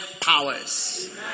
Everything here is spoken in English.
powers